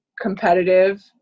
competitive